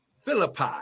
Philippi